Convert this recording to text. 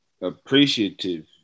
appreciative